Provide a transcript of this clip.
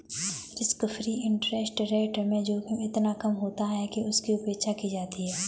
risk free interest rate में जोखिम इतना कम होता है कि उसकी उपेक्षा की जाती है